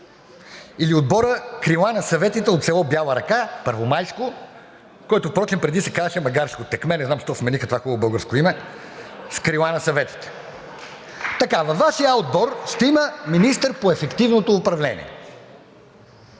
или отборът „Крила на съветите“ от село Бяла река, Първомайско, който впрочем преди се казваше „Магарешко текме“. Не знам защо смениха това хубаво българско име с „Крила на съветите“. Във Вашия А отбор ще има министър по ефективното управление.